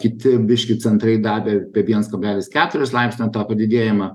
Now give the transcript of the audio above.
kiti biškį centrai davė apie viens kablelis keturis laipsnio tą padidėjimą